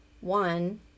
one